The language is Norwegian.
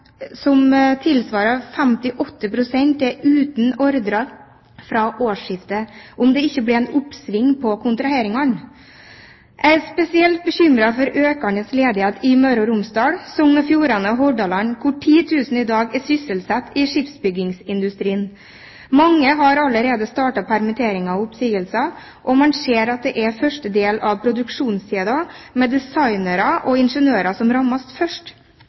som tilsvarer 58 pst., er uten ordre fra årsskiftet om det ikke blir en oppsving på kontraheringene. Jeg er spesielt bekymret for økende ledighet i Møre og Romsdal, Sogn og Fjordane og Hordaland, hvor 10 000 i dag er sysselsatt i skipsbyggingsindustrien. Mange har allerede startet permitteringer og oppsigelser, og man ser at det er første del av produksjonskjeden, designere og ingeniører, som rammes først.